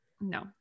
No